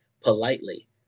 politely